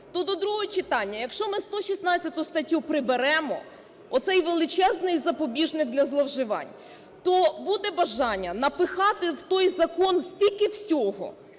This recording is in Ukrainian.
то до другого читання, якщо ми 116 статтю приберемо, оцей величезний запобіжник для зловживань, то буде бажання напихати в той закон стільки всього,